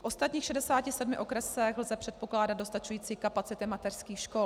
V ostatních 67 okresech lze předpokládat dostačující kapacity mateřských škol.